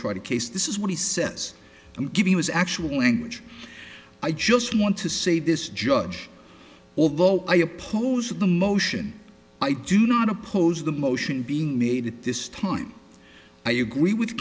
try to case this is what he says and giving his actual anguage i just want to say this judge although i oppose the motion i do not oppose the motion being made at this time i agree with